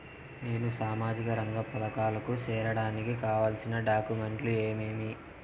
నేను సామాజిక రంగ పథకాలకు సేరడానికి కావాల్సిన డాక్యుమెంట్లు ఏమేమీ?